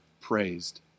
praised